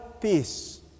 peace